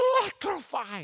electrifying